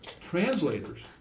translators